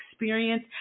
experience